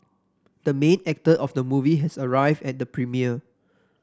the main actor of the movie has arrived at the premiere